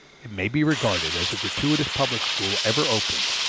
it may be regarded as a gratuitous public school ever open,